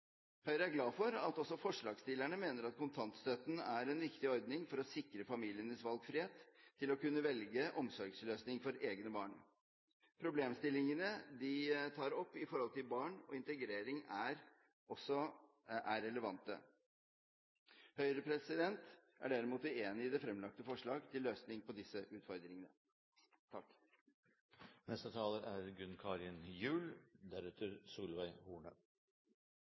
Høyre er glad for at også forslagsstillerne mener at kontantstøtten er en viktig ordning for å sikre familienes valgfrihet og til å kunne velge omsorgsløsning for egne barn. Problemstillingene de tar opp når det gjelder barn og integrering, er også relevante. Høyre er derimot uenig i det fremlagte forslag til løsning på disse utfordringene. Arbeiderpartiet er